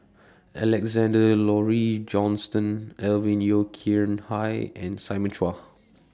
Alexander Laurie Johnston Alvin Yeo Khirn Hai and Simon Chua